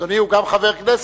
אדוני הוא גם חבר הכנסת.